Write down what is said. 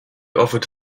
offered